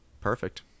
Perfect